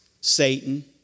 Satan